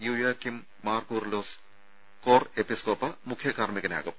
യൂയാകിം മാർ കൂറിലോസ് കോർ എപ്പിസ്കോപ്പ മുഖ്യ കാർമ്മികനാകും